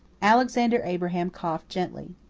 alexander abraham coughed gently.